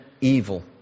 evil